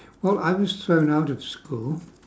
well I was thrown out of school